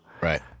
right